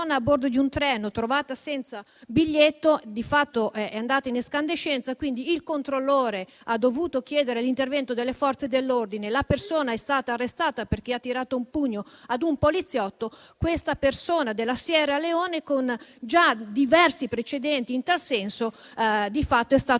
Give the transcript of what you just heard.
a bordo di un treno trovata senza biglietto è andata in escandescenza; il controllore ha dovuto chiedere l'intervento delle Forze dell'ordine. La persona è stata arrestata perché ha tirato un pugno a un poliziotto. Questa persona della Sierra Leone, con diversi precedenti in tal senso, è stata arrestata.